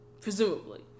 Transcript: presumably